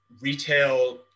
retail